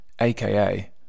aka